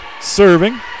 serving